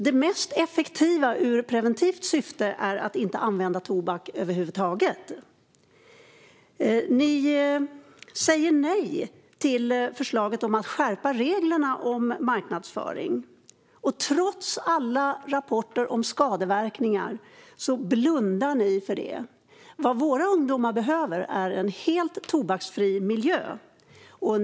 Det mest effektiva ur preventivt syfte är att inte använda tobak över huvud taget. Ni säger nej till förslaget om att skärpa reglerna om marknadsföring. Trots alla rapporter om skadeverkningar blundar ni för det. Vad våra ungdomar behöver är en helt tobaksfri miljö.